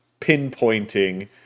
pinpointing